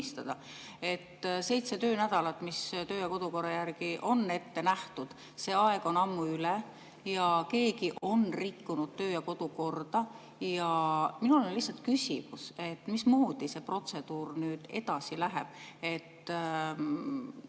et seitse töönädalat, mis töö- ja kodukorra järgi on ette nähtud, on ammu üle ja keegi on rikkunud töö- ja kodukorda. Minul on lihtsalt küsimus: mismoodi see protseduur nüüd edasi läheb? Ma